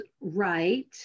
right